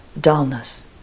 dullness